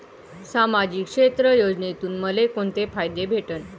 सामाजिक क्षेत्र योजनेतून मले कोंते फायदे भेटन?